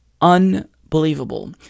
Unbelievable